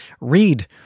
read